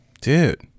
Dude